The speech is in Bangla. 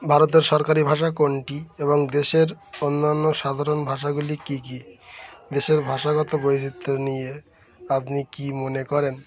ভারতের সরকারি ভাষা কোনটি এবং দেশের অন্যান্য সাধারণ ভাষাগুলি কী কী দেশের ভাষাগত বৈচিত্র্য নিয়ে আপনি কি মনে করেন